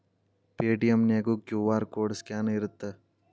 Paytm ನ್ಯಾಗು QR code scan ಇರತ್ತ